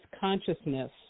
consciousness